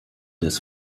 des